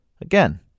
Again